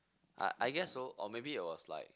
I I guess so or maybe it was like